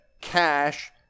cash